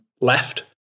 left